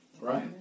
Right